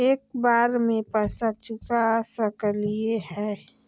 एक बार में पैसा चुका सकालिए है?